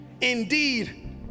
Indeed